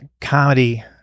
comedy